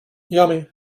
yummy